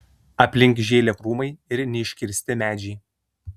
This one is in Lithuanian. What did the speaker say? aplink žėlė krūmai ir neiškirsti medžiai